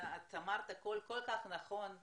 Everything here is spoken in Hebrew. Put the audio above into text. אמרת הכול כל כך נכון.